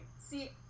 See